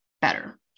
better